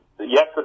yes